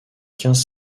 quinze